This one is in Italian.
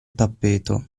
tappeto